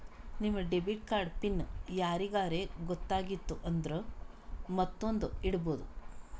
ನಿಮ್ debit card PIN ಯಾರಿಗರೇ ಗೊತ್ತಾಗಿತ್ತು ಅಂದುರ್ ಮತ್ತೊಂದ್ನು ಇಡ್ಬೋದು